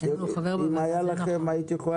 להקריא